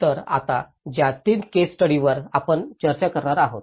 तर आता ज्या तीन केस स्टडीजवर आपण चर्चा करणार आहोत